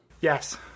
Yes